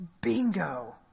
bingo